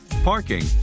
parking